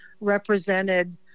represented